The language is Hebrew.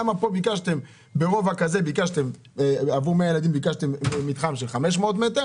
למה עבור 100 ילדים ביקשתם מתחם של 600 מטר